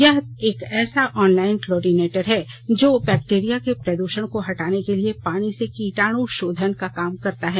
यह एक ऐसा ऑनलाइन क्लोरीनेटर है जो बैक्टीरिया के प्रदृषण को हटाने के लिए पानी से कीटाण्शोधन का काम करता है